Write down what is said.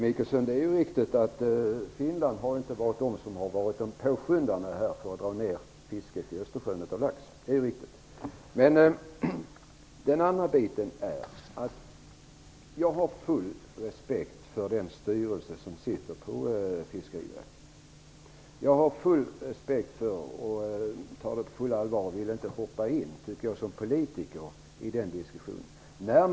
Herr talman! Det är riktigt, Maggi Mikaelsson, att finnarna inte har varit påskyndare när det gällt att dra ned på fisket av lax i Östersjön. Jag har full respekt för Fiskeriverkets styrelse, och jag vill inte som politiker hoppa in i diskussionen om detta.